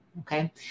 Okay